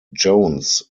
jones